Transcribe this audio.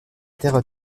terres